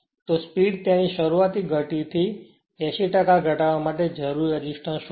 તો સ્પીડ તેની શરૂઆતી ગતિ થી 80 ઘટાડવા માટે જરૂરી રેસિસ્ટન્સ શોધો